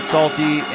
Salty